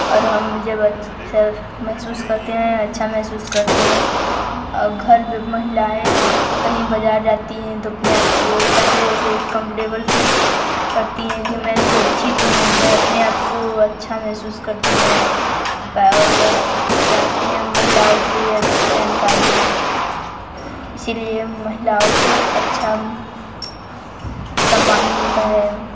और हम जब महसूस करते हैं अच्छा महसूस करते हैं और घर महिलाएं कहीं बज़ार जाती है तो अपने आप को पहले से कंफर्टेबल फील करती हैं कि मैं सुरक्षित हूँ मैं अपने आपको अच्छा महसूस करती हैं और कैसे महिलाओं के लिए अच्छी जानकारी इसी लिए महिलाओं को अच्छा सम्मान मिलता है